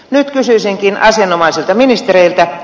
nyt kysyisinkin asianomaisilta ministereiltä